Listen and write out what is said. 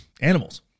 animals